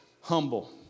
humble